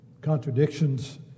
contradictions